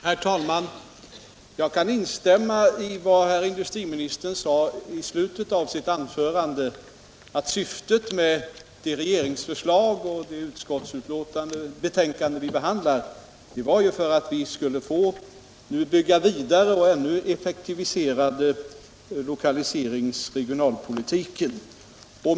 Herr talman! Jag kan instämma i vad herr industriministern sade i slutet av sitt anförande, att syftet med det regeringsförslag och det utskottsbetänkande vi behandlar är att bygga vidare och effektivisera lokaliseringsoch regionalpolitiken.